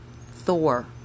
Thor